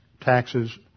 taxes